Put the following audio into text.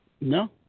No